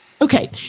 Okay